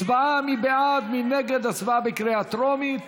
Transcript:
הצבעה בקריאה טרומית.